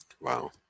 Wow